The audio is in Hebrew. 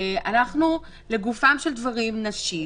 לגופם של דברים נשיב,